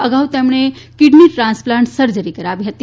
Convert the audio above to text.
અગાઉ તેમણે kidney transplant surgery કરાવી હતી